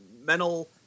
mental